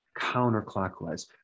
counterclockwise